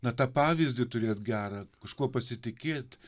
na tą pavyzdį turėt gerą kažkuo pasitikėt